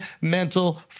mental